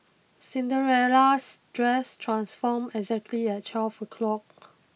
Cinderella's dress transformed exactly at twelve o'clock